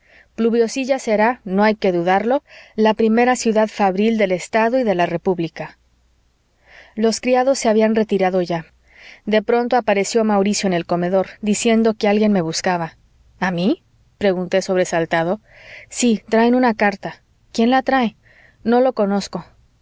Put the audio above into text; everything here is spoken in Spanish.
pluviosilla será no hay que dudarlo la primera ciudad fabril del estado y de la república los criados se habían retirado ya de pronto apareció mauricio en el comedor diciendo que alguien me buscaba a mí pregunté sobresaltado sí traen una carta quién la trae no lo conozco